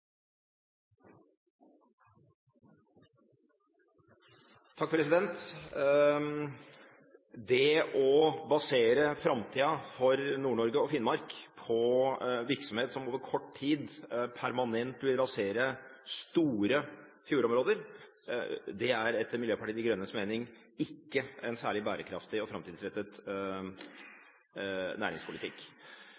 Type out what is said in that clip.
Det å basere framtida for Nord-Norge og Finnmark på virksomhet som på kort tid permanent vil rasere store fjordområder, er etter Miljøpartiet De Grønnes mening ikke en særlig bærekraftig og framtidsrettet